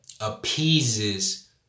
appeases